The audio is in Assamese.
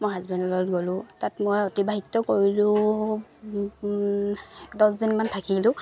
মই হাজবেণ্ডৰ লগত গ'লো তাত মই অতিবাহিত কৰিলো দহ দিনমান থাকিলো